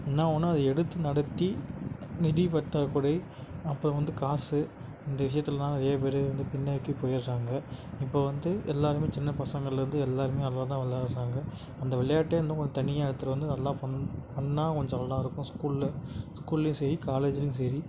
என்ன ஒன்று அதை எடுத்து நடத்தி நிதி பற்றாக்குறை அப்புறம் வந்து காசு இந்த விஷயத்தில் தான் நிறைய பேர் வந்து பின்னோக்கி போயிடுறாங்க இப்போது வந்து எல்லோருமே சின்ன பசங்களில் இருந்து எல்லோருமே நல்லா தான் விளாடுறாங்க அந்த விளையாட்டை இன்னும் கொஞ்சம் தனியாக எடுத்து வந்து நல்லா பண்ணா பண்ணால் கொஞ்சம் நல்லாயிருக்கும் ஸ்கூலில் ஸ்கூல்லேயும் சரி காலேஜ்லேயும் சரி